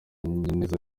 neza